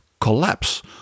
collapse